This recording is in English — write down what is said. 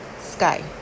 sky